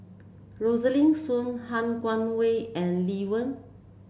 Rosaline Soon Han Guangwei and Lee Wen